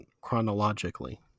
chronologically